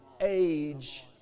age